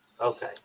Okay